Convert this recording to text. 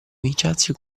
vincenzi